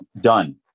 done